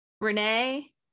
Renee